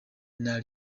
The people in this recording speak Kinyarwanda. n’a